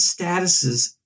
statuses